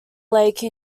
lake